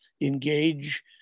engage